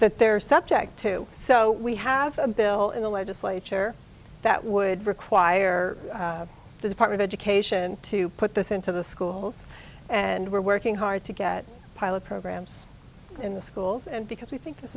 but they're subject to so we have a bill in the legislature that would require the department of education to put this into the schools and we're working hard to get pilot programs in the schools and because we think this